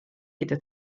gyda